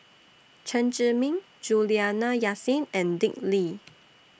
Chen Zhiming Juliana Yasin and Dick Lee